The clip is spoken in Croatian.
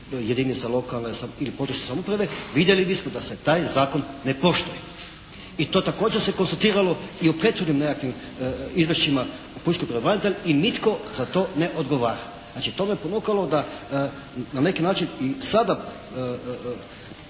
jedinice lokalne ili područne samouprave vidjeli bismo da se taj zakon ne poštuje. I to također se konstatiralo i u prethodnim nekakvim izvješćima pučkog pravobranitelja i nitko za to ne odgovara. Znači, to me ponukalo da na neki način i sada